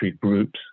groups